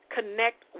Connect